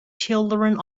children